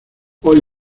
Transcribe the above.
hoy